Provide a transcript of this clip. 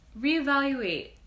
Reevaluate